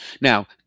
Now